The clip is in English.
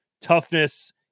toughness